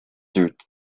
toured